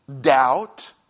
doubt